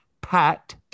Pat